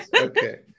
okay